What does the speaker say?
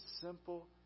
simple